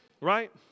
Right